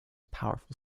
powerful